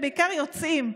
ובעיקר יוצאים,